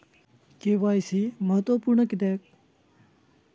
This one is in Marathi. के.वाय.सी महत्त्वपुर्ण किद्याक?